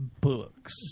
books